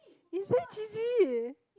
it's very cheesy